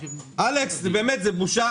אלכס, באמת, זו בושה.